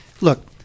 look